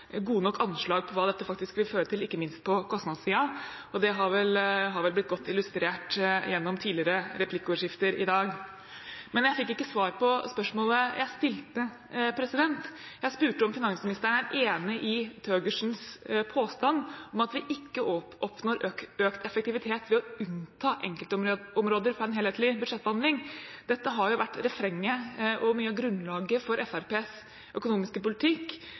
gode nok anslag på hva dette faktisk vil føre til, ikke minst på kostnadssiden, og det har vel blitt godt illustrert gjennom tidligere replikkordskifter i dag. Men jeg fikk ikke svar på spørsmålet jeg stilte. Jeg spurte om finansministeren er enig i Thøgersens påstand om at vi ikke oppnår økt effektivitet ved å unnta enkeltområder fra en helhetlig budsjettbehandling. Dette har jo vært refrenget og mye av grunnlaget for Fremskrittspartiets økonomiske politikk